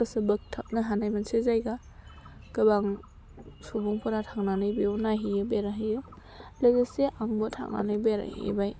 गोसो बोगथाबनो हानाय मोनसे जायगा गोबां सुबुंफोरा थांनानै बेयाव नायहैयो बेरायहैयो लोगोसे आंबो थांनानै बेरायहैबाय